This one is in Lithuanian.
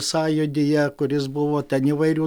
sąjūdyje kuris buvo ten ivairių